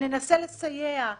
ננסה לסייע,